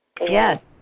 Yes